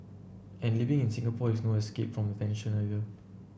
and living in Singapore is no escape from the tension either